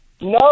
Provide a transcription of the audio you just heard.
No